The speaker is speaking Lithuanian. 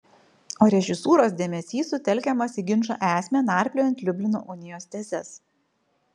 o režisūros dėmesys sutelkiamas į ginčo esmę narpliojant liublino unijos tezes